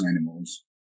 animals